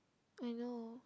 I know